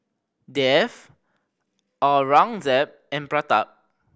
Dev Aurangzeb and Pratap